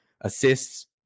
Assists